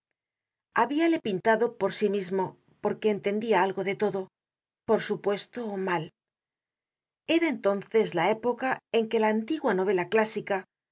armas habiale pintado por sí mismo porque entendia algo de todo por supuesto mal era entonces la época en que la antigua novela clásica